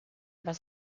was